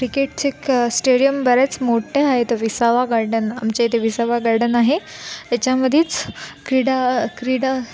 क्रिकेटचे एक स्टेडियम बऱ्याच मोठ्या आहेत विसावा गार्डन आमच्या इथे विसावा गार्डन आहे त्याच्यामध्येच क्रीडा क्रीडा